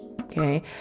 okay